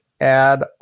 add